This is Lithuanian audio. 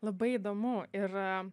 labai įdomu ir